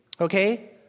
Okay